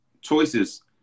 choices